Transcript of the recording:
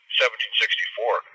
1764